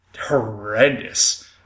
horrendous